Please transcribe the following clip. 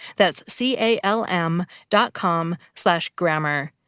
that's c a l m dot com slash grammar.